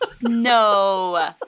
No